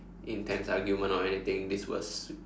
intense argument or anything this will s~